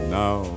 now